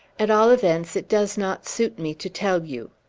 at all events, it does not suit me to tell you.